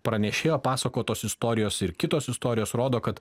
pranešėjo pasakotos istorijos ir kitos istorijos rodo kad